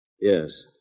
Yes